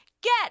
Get